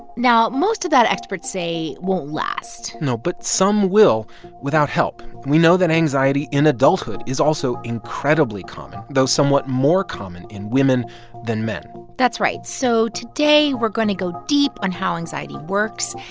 now, most of that, experts say, won't last no. but some will without help. we know that anxiety in adulthood is also incredibly common, though somewhat more common in women than men that's right. so today we're going to go deep on how anxiety works,